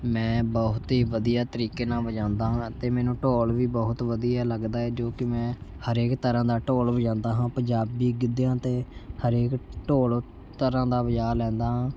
ਮੈਂ ਬਹੁਤ ਹੀ ਵਧੀਆ ਤਰੀਕੇ ਨਾਲ ਵਜਾਉਂਦਾ ਵਾ ਅਤੇ ਮੈਨੂੰ ਢੋਲ ਵੀ ਬਹੁਤ ਵਧੀਆ ਲੱਗਦਾ ਹੈ ਜੋ ਕਿ ਮੈਂ ਹਰੇਕ ਤਰ੍ਹਾਂ ਦਾ ਢੋਲ ਵਜਾਉਂਦਾ ਹਾਂ ਪੰਜਾਬੀ ਗਿੱਧਿਆਂ ਅਤੇ ਹਰੇਕ ਢੋਲ ਤਰ੍ਹਾਂ ਦਾ ਵਜਾ ਲੈਂਦਾ ਹਾਂ